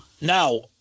Now